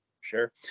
Sure